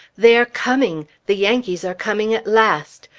they are coming! the yankees are coming at last!